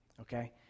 okay